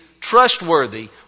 trustworthy